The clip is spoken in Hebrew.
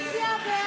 ההסתייגויות